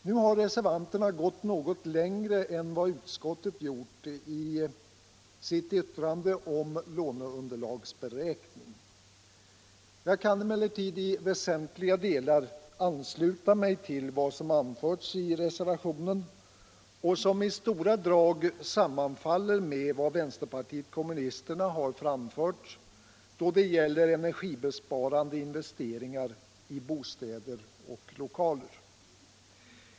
Nu har reservanterna gått något längre än vad utskottet gjort i sitt yttrande om låneunderlagsberäkning. Jag kan emellertid i väsentliga delar ansluta mig till vad som anförts i reservationen och som i stora drag sammanfaller med vad vänsterpartiet kommunisterna har framfört då det gäller energibesparande investeringar i bostäder och lokaler.